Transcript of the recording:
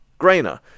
Grainer